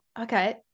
okay